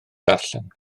darllen